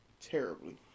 Terribly